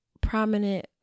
prominent